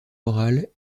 morales